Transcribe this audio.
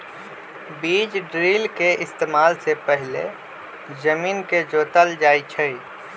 बीज ड्रिल के इस्तेमाल से पहिले जमीन के जोतल जाई छई